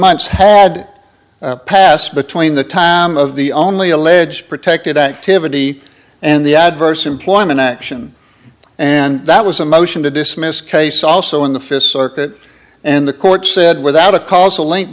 months had passed between the time of the only alleged protected activity and the adverse employment action and that was a motion to dismiss case also in the fifth circuit and the court said without a causal link